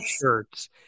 shirts